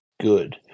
good